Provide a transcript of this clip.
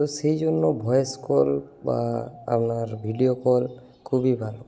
তো সেই জন্য ভয়েস কল বা আপনার ভিডিও কল খুবই ভালো